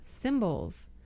symbols